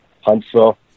Huntsville